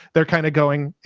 they're kind of going, and